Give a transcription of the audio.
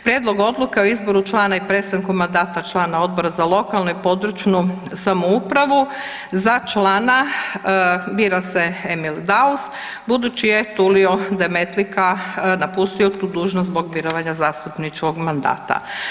Prijedlog Odluke o izboru člana i prestanku mandata člana Odbora za lokalnu i područnu samoupravu, za člana bira se Emil Daus budući je Tulio Demetlika napustio tu dužnost zbog mirovanja zastupničkog mandata.